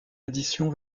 addition